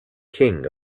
king